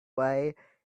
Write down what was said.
way